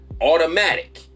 Automatic